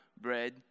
bread